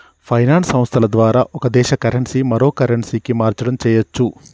finance సంస్థల ద్వారా ఒక దేశ కరెన్సీ మరో కరెన్సీకి మార్చడం చెయ్యచ్చు